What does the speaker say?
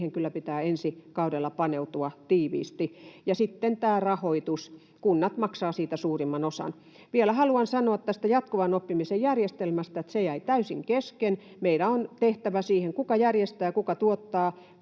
kyllä pitää ensi kaudella paneutua tiiviisti. Ja sitten rahoitus: kunnat maksavat siitä suurimman osan. Vielä haluan sanoa jatkuvan oppimisen järjestelmästä, että se jäi täysin kesken. Meidän on tehtävä siihen, kuka järjestää, kuka tuottaa,